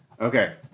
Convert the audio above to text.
Okay